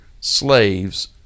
slaves